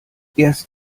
erst